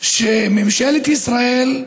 שממשלת ישראל,